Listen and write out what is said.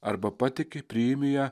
arba patiki priimi ją